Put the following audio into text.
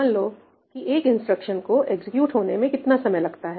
मान लो कि एक इंस्ट्रक्शन को एक्जिक्यूट होने में कितना समय लगता है